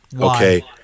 Okay